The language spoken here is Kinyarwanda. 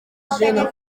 jeune